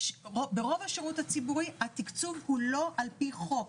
לרוב התקצוב הוא לא על פי חוק,